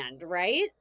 right